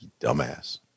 dumbass